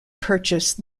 purchase